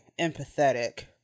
empathetic